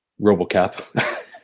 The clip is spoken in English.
Robocap